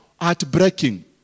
heartbreaking